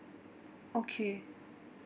okay